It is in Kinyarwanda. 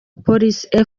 police